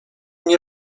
nie